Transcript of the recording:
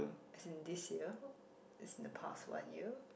as in this year it's in the past one year